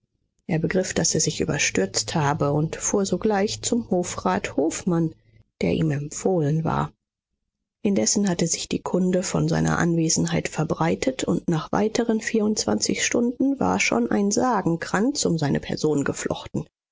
er begriff daß er sich überstürzt habe und fuhr sogleich zum hofrat hofmann der ihm empfohlen war indessen hatte sich die kunde von seiner anwesenheit verbreitet und nach weiteren vierundzwanzig stunden war schon ein sagenkranz um seine person geflochten